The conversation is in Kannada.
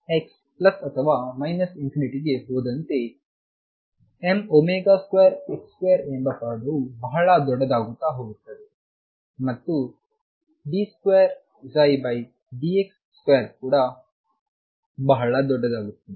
x ಪ್ಲಸ್ ಅಥವಾ ಮೈನಸ್ ಇನ್ಫಿನಿಟಿಗೆ ಹೋದಂತೆ m2x2 ಎಂಬ ಪದವು ಬಹಳ ದೊಡ್ಡದಾಗುತ್ತಾ ಹೋಗುತ್ತದೆ ಮತ್ತು d2dx2 ಕೂಡ ಬಹಳ ದೊಡ್ಡದಾಗುತ್ತದೆ